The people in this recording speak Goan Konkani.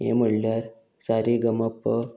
हें म्हणल्यार सा रे ग म प